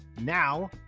Now